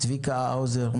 צביקה האוזר,